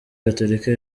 gatolika